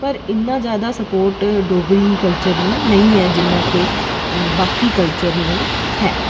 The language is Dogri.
पर इन्ना जैदा सपोर्ट डोगरी कल्चर गी नेईं मिलदा जिन्ना बाकी कल्चर गी ऐ